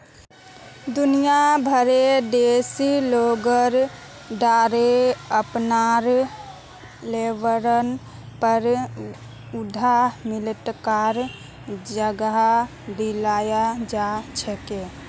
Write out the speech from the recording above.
दुनिया भरेर देशत लोगेर द्वारे अपनार लेवलेर पर उद्यमिताक जगह दीयाल जा छेक